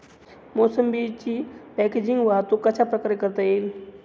मोसंबीची पॅकेजिंग वाहतूक कशाप्रकारे करता येईल?